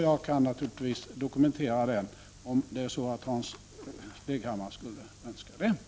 Jag kan naturligtvis dokumentera den, om Hans Leghammar skulle önska det.